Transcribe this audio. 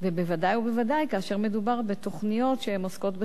ובוודאי ובוודאי כאשר מדובר בתוכניות שעוסקות בחינוך.